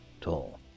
tall